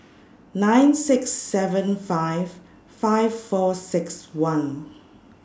nine six seven five five four six one